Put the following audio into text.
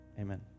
Amen